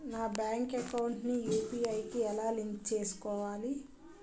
నా bank account ని UPI కి ఎలా లింక్ చేసుకోవాలి?